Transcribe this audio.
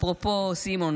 אפרופו סימון,